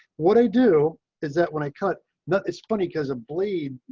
what i do is that when i cut know it's funny because a bleed.